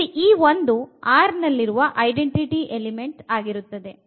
ಇಲ್ಲಿ ಈ 1 R ನಲ್ಲಿರುವ ಐಡೆಂಟಿಟಿ ಎಲಿಮೆಂಟ್ ಆಗಿರುತ್ತದೆ